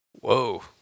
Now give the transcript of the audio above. Whoa